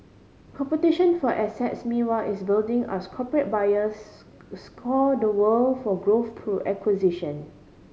competition for assets meanwhile is building as corporate buyers scour the world for growth through acquisition